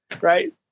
right